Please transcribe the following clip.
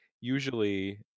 usually